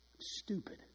Stupid